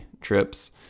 trips